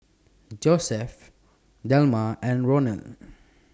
Josef Delma and Rondal